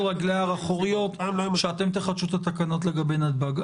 רגליה האחוריות שאתם תחדשו את התקנות לגבי נתב"ג.